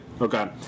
Okay